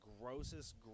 grossest